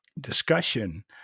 discussion